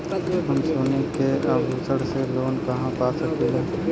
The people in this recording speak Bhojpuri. हम सोने के आभूषण से लोन कहा पा सकीला?